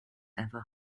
ever